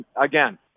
again